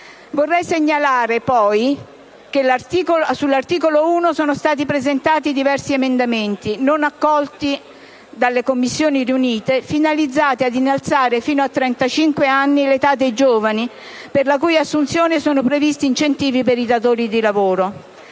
Vorrei segnalare poi che sull'articolo 1 sono stati presentati diversi emendamenti, non accolti dalle Commissioni riunite, finalizzati ad innalzare fino a trentacinque anni l'età dei giovani per la cui assunzione sono previsti incentivi per i datori di lavoro,